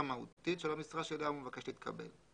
מהותית של המשרה שאליה הוא מבקש להתקבל.